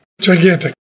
Gigantic